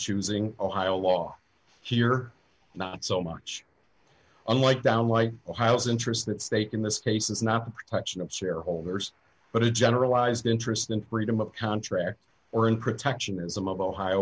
choosing ohio law here not so much unlike down white house interest that state in this case is not the protection of shareholders but a generalized interest in freedom of contract or in protectionism of ohio